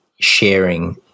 sharing